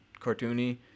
cartoony